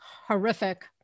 horrific